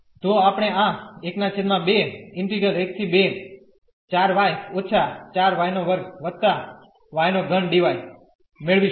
તો આપણે આ મેળવીશું